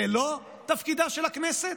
זה לא תפקידה של הכנסת?